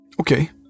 Okay